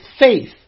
faith